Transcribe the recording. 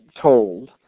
told